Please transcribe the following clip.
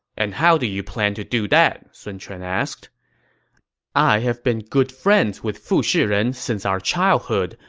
and how do you plan to do that? sun quan asked i have been good friends with fushi ren since our childhood,